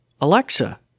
Alexa